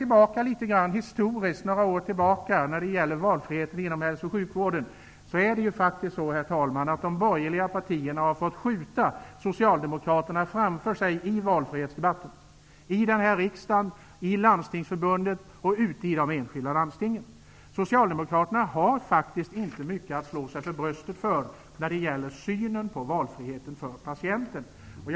Om vi historiskt ser tillbaka några år på valfriheten inom hälso och sjukvården, har de borgerliga partierna fått skjuta socialdemokraterna framför sig i den valfrihetsdebatt som har förts i riksdagen, i Landstingsförbundet och ute i de enskilda landstingen. Socialdemokraterna har faktiskt inte mycket att slå sig för bröstet för när det gäller synen på patientens valfrihet.